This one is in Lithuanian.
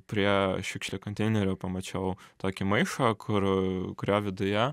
prie šiukšlių konteinerio pamačiau tokį maišą kur kurio viduje